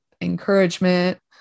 encouragement